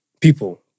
People